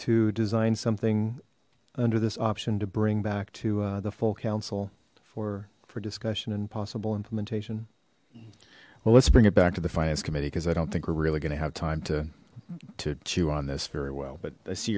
to design something under this option to bring back to the full council for for discussion and possible implementation well let's bring it back to the finance committee because i don't think we're really going to have time to to chew on this very well but i see